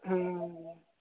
ਹੁੰ